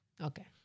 okay